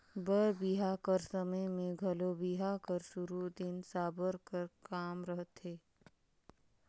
बर बिहा कर समे मे घलो बिहा कर सुरू दिन साबर कर काम रहथे